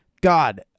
God